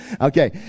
okay